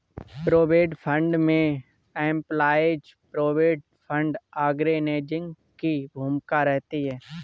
provident fund में employees provident fund organisation की भूमिका रहती है